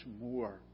more